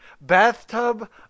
bathtub